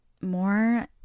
more